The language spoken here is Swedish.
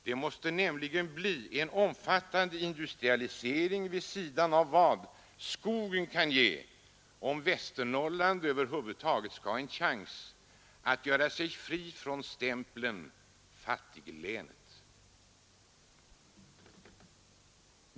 Det måste nämligen bli en omfattande industrialisering vid sidan av vad skogen kan ge, om Västernorrland över huvud taget skall ha en chans att göra sig fri från stämpeln ”fattiglänet”.